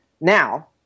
now